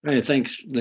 Thanks